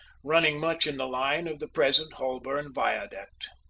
running much in the line of the present holborn viaduct.